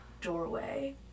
doorway